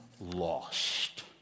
lost